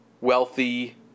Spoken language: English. wealthy